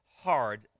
hard